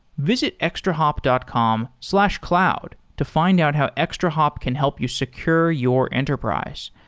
visit extrahop dot com slash cloud to find out how extrahop can help you secure your enterprise.